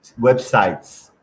websites